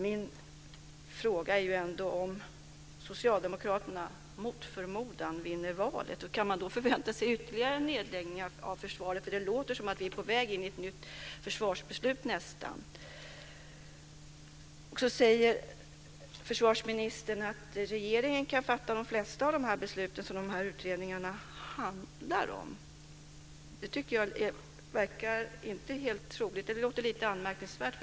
Min fråga är ändå: Om Socialdemokraterna mot förmodan vinner valet, kan man då förvänta sig ytterligare nedläggningar av försvaret? Det låter nästan som om vi var på väg in i ett nytt försvarsbeslut. Försvarsministern säger att regeringen kan fatta de flesta av de beslut som de här utredningarna handlar om. Det tycker jag inte verkar helt troligt. Det låter lite anmärkningsvärt.